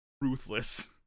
ruthless